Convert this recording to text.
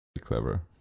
Clever